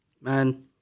man